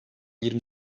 yirmi